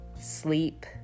sleep